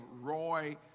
Roy